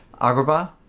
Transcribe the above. Agrabah